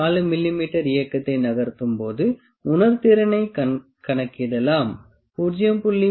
4 மிமீ இயக்கத்தை நகர்த்தும்போது உணர்திறனைக் கணக்கிடலாம் 0